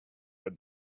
what